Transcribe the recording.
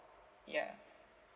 ya